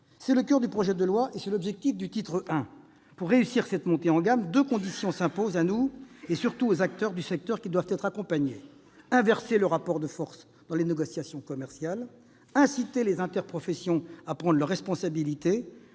C'est le coeur de ce projet de loi, et c'est l'objectif de son titre I. Pour réussir cette montée en gamme, deux conditions s'imposent à nous et surtout aux acteurs du secteur, qui doivent être accompagnés : inverser le rapport de force dans les négociations commerciales ; inciter les interprofessions à prendre leurs responsabilités.